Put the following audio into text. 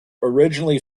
originally